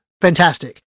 fantastic